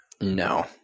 No